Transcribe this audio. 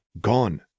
gone